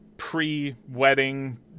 pre-wedding